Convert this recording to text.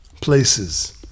Places